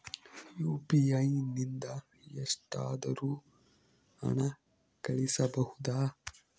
UPI ನಿಂದ ಎಷ್ಟಾದರೂ ಹಣ ಕಳಿಸಬಹುದಾ?